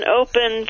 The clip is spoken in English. open